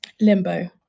Limbo